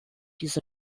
diese